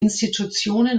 institutionen